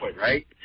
right